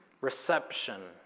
reception